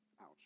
ouch